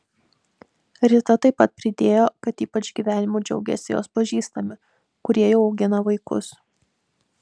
rita taip pat pridėjo kad ypač gyvenimu džiaugiasi jos pažįstami kurie jau augina vaikus